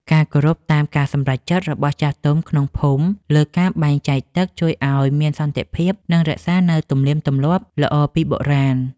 ការគោរពតាមការសម្រេចចិត្តរបស់ចាស់ទុំក្នុងភូមិលើការបែងចែកទឹកជួយឱ្យមានសន្តិភាព និងរក្សានូវទំនៀមទម្លាប់ល្អពីបុរាណ។